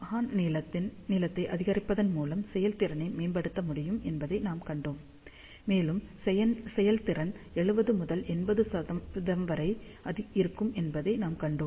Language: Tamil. ஹார்ன் நீளத்தை அதிகரிப்பதன் மூலம் செயல்திறனை மேம்படுத்த முடியும் என்பதை நாம் கண்டோம் மேலும் செயல்திறன் 70 முதல் 80 வரை இருக்கும் என்று நாம் கண்டோம்